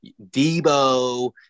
Debo